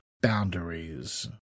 Boundaries